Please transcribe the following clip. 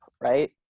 right